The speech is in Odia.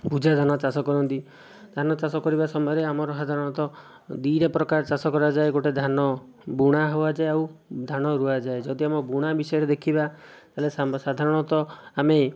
ପୂଜାଧାନ ଚାଷ କରନ୍ତି ଧାନଚାଷ କରିବା ସମୟରେ ଆମର ସାଧାରଣତଃ ଦୁଇଟା ପ୍ରକାର ଚାଷ କରାଯାଏ ଗୋଟେ ଧାନ ବୁଣା ହବାଯାଏ ଆଉ ଧାନ ରୁଆ ଯାଏ ଯଦି ଆମ ବୁଣା ବିଷୟରେ ଦେଖିବା ତାହେଲେ ସାଧାରଣତଃ ଆମେ